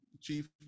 Chief